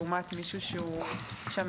לעומת מישהו שהוא מנהל?